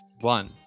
One